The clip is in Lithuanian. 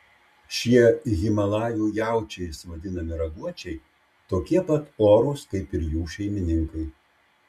šie himalajų jaučiais vadinami raguočiai tokie pat orūs kaip ir jų šeimininkai